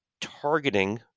targeting